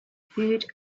food